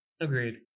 Agreed